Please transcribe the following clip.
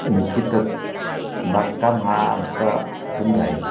निश्चितच बागकाम हा आमचा छंद आहे